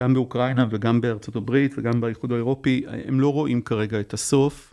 גם באוקראינה וגם בארה״ב וגם באיחוד האירופי הם לא רואים כרגע את הסוף